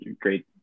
great